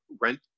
rent